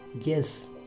Yes